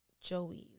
joey's